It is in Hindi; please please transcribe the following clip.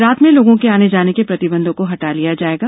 रात में लोगों के आने जाने के प्रतिबंधों को हटा लिया जाएगा